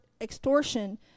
extortion